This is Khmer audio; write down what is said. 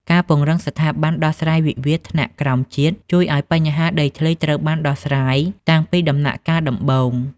ការពង្រឹងស្ថាប័នដោះស្រាយវិវាទថ្នាក់ក្រោមជាតិ ជួយឱ្យបញ្ហាដីធ្លីត្រូវបានដោះស្រាយតាំងពីដំណាក់កាលដំបូង។